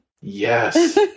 yes